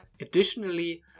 Additionally